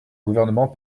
gouvernement